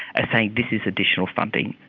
ah saying this is additional funding.